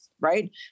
Right